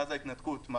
מאז ההתנתקות,